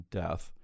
death